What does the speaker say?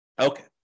Okay